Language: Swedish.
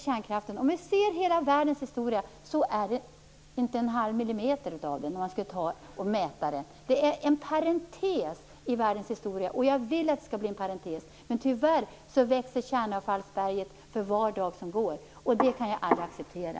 Kärnkraften mätt i relation till världens historia är inte mer än en halv millimeter. Den är en parentes i världens historia, och jag vill att den skall vara en parentes. Men tyvärr växer kärnavfallsberget för var dag som går, och det kan jag aldrig acceptera.